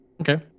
Okay